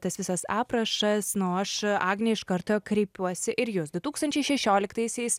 tas visas aprašas nu o aš agnė iš karto kreipiuosi ir jus du tūkstančiai šešioliktaisiais